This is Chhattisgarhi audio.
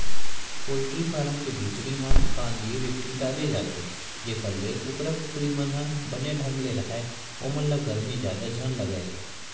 पोल्टी फारम के भीतरी म कांदी, रेती डाले जाथे जेखर ले कुकरा कुकरी मन ह बने ढंग ले राहय ओमन ल गरमी जादा झन लगय